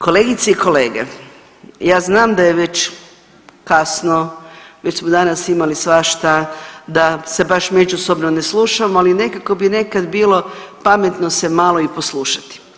Kolegice i kolege, ja znam da je već kasno, već smo danas imali svašta, da se baš međusobno ne slušamo, ali nekako bi nekad bilo pametno se malo i poslušati.